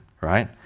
right